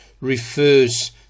refers